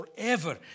Forever